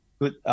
good